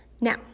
Now